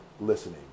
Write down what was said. listening